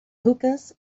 hookahs